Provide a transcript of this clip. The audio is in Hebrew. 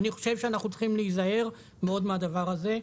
אני חושב שאנחנו צריכים להיזהר מאוד מהדבר הזה.